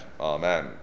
Amen